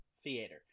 theater